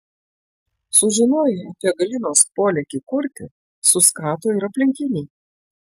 sužinoję apie galinos polėkį kurti suskato ir aplinkiniai